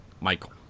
Michael